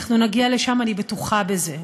אנחנו נגיע לשם, אני בטוחה בזה.